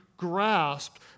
grasped